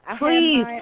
Please